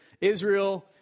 Israel